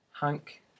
Hank